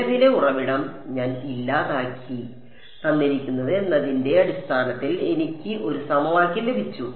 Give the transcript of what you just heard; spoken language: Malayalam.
നിലവിലെ ഉറവിടം ഞാൻ ഇല്ലാതാക്കി എന്നതിന്റെ അടിസ്ഥാനത്തിൽ എനിക്ക് ഒരു സമവാക്യം ലഭിച്ചു